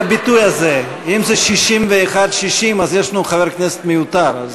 לעומת 60 אז יש לנו חבר כנסת מיותר.